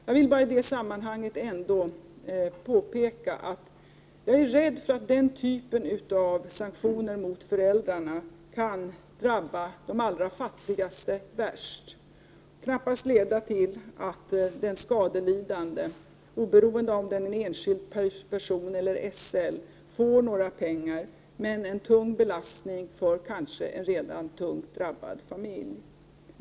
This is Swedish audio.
Jag vill i det sammanhanget ändå påpeka att jag är rädd för att den typen av sanktioner mot föräldrarna kan drabba de allra fattigaste värst. Det kan knappast leda till att den skadelidande, oavsett om det är en privatperson eller SL, får några pengar, men det är en tung belastning för en redan hårt drabbad familj.